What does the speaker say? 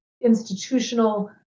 institutional